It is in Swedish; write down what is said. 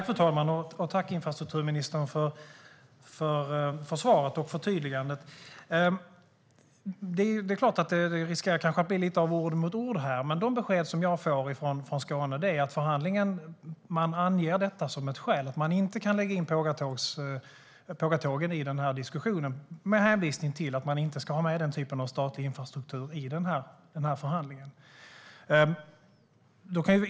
Fru talman! Tack, infrastrukturministern, för svaret och förtydligandet! Det riskerar att bli lite ord mot ord här, men de besked som jag får från Skåne är att man inte kan lägga in pågatågen i den här diskussionen med hänvisning till att den typen av statlig infrastruktur inte ska vara med i den här förhandlingen.